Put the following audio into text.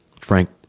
Frank